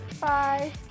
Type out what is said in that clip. Bye